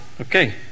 Okay